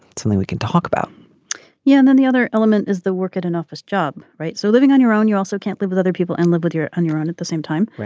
something we can talk about yeah and then the other element is the work at an office job right. so living on your own you also can't live with other people and live with your on your own at the same time.